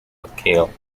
locale